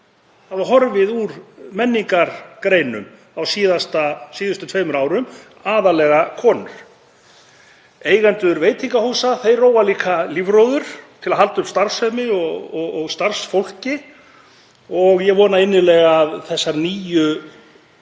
20% hafi horfið úr menningargreinum á síðustu tveimur árum, aðallega konur. Eigendur veitingahúsa róa líka lífróður til að halda uppi starfsemi og starfsfólki. Ég vona innilega að þessar nýju